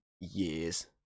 years